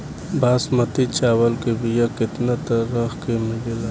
बासमती चावल के बीया केतना तरह के मिलेला?